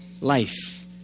life